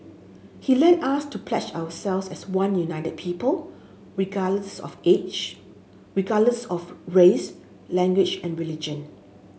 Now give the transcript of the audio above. he led us to pledge ourselves as one united people regardless of age regardless of race language and religion